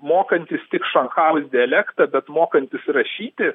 mokantis tik šanchajaus dialektą bet mokantis rašyti